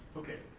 okay,